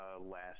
last